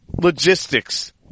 logistics